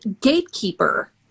gatekeeper